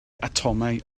atomau